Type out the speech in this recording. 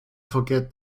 forget